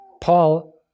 Paul